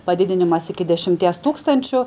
padidinimas iki dešimties tūkstančių